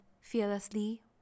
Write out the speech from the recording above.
Fearlessly